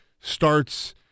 starts